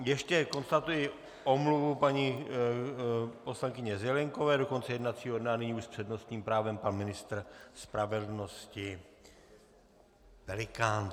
Ještě konstatuji omluvu paní poslankyně Zelienkové do konce jednacího dne a nyní už s přednostním právem pan ministr spravedlnosti Pelikán.